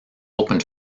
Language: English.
opened